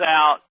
out